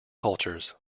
cultures